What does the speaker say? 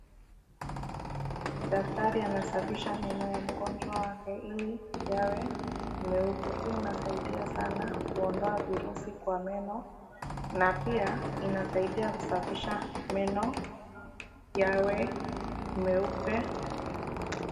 Daktari anasafisha meno ya mgonjwa wake ili yawe meupe. Hii inasaidia sana kuondoa virusi kwa meno. Na pia inasaidia kusafisha meno yawe meupe.